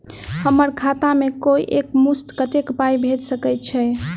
हम्मर खाता मे कोइ एक मुस्त कत्तेक पाई भेजि सकय छई?